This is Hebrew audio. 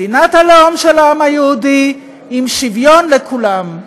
מדינת הלאום של העם היהודי, עם שוויון לכולם.